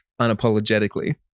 unapologetically